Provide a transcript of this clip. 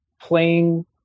playing